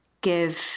give